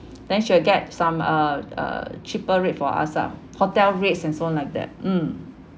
then she will get some uh uh cheaper rate for us ah hotel rates and so on like that mm